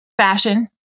fashion